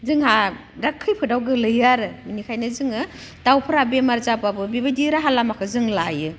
जोंहा दा खैफोदाव गोग्लैयो आरो बेनिखायनो जोङो दाउफोरा बेमार जाबाबो बेबायदि राहा लामाखौ जों लायो